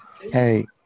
Hey